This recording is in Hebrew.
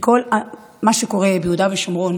שכל מה שקורה ביהודה ושומרון